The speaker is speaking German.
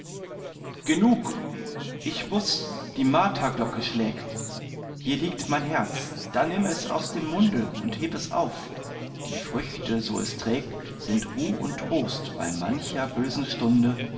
genug ich muß die marterglocke schlägt hier liegt mein herz da nimm es aus dem munde und heb es auf die früchte so es trägt sind ruh und trost bei mancher bösen stunde